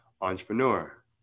entrepreneur